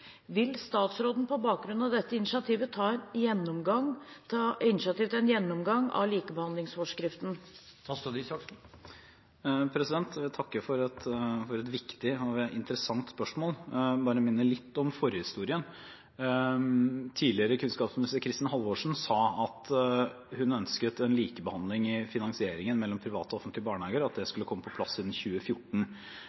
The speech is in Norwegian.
Vil statsråden på bakgrunn av dette ta initiativ til en gjennomgang av likebehandlingsforskriften?» Jeg takker for et viktig og interessant spørsmål. Jeg vil bare minne litt om forhistorien. Tidligere kunnskapsminister Kristin Halvorsen sa at hun ønsket likebehandling i finansieringen av private og offentlige barnehager, og at det